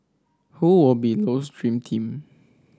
who will be Low's dream team